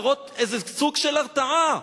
להראות איזה סוג של הרתעה?